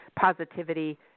positivity